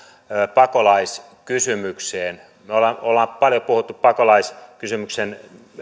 pakolaiskysymykseen me olemme paljon puhuneet pakolaiskysymyksen